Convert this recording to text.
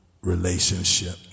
relationship